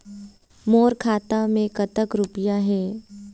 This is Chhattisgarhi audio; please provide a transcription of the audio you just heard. मोर खाता मैं कतक रुपया हे?